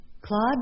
Claude